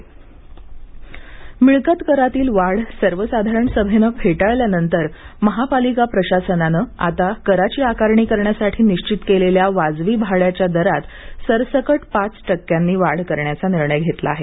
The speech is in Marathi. मिळकत कर मिळकत करातील वाढ सर्वसाधारण सभेने फेटाळल्यानंतर महापालिका प्रशासनानं आता कराची आकारणी करण्यासाठी निश्चित केलेल्या वाजवी भाड्याच्या दरात सरसकट पाच टक्क्यांनी वाढ करण्याचा निर्णय घेतला आहे